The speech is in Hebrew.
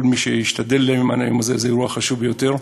כל מי שהשתדל למען היום הזה, זה אירוע חשוב ביותר.